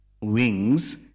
wings